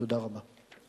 תודה רבה.